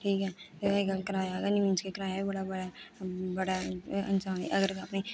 ठीक ऐ ते अज्जकल कराया गै निं मींस कि कराया गै बड़ा बड़ा ऐ बड़ा ऐ जाने गी अगर इंसान गी